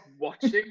watching